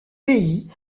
pays